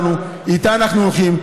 יש לנו את ההנהגה שלנו,